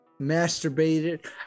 masturbated